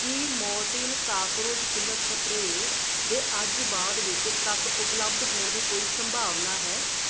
ਕੀ Mortein cockroach killer spray ਦੇ ਅੱਜ ਬਾਅਦ ਵਿੱਚ ਤੱਕ ਉਪਲਬਧ ਹੋਣ ਦੀ ਕੋਈ ਸੰਭਾਵਨਾ ਹੈ